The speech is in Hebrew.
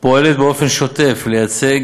פועלת באופן שוטף לייצוג